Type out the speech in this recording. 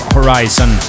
Horizon